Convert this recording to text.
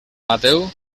mateu